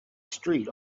street